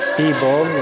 people